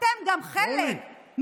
אתם גם חלק, אורלי.